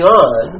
on